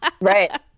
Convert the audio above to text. Right